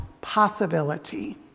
possibility